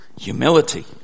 humility